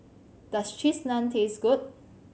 does Cheese Naan taste good